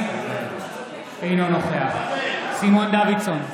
אינו נוכח סימון דוידסון,